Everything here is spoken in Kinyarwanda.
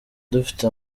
dufite